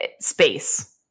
space